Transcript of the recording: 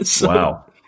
Wow